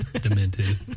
demented